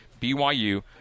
BYU